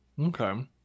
Okay